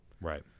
right